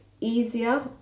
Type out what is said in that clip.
easier